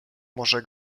może